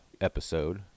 episode